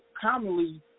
commonly